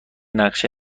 نقشه